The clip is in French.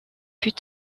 plus